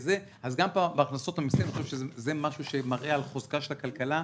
גם בהכנסות המסים אני חשוב שזה גם משהו שמראה על חוזקה של הכלכלה.